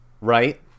right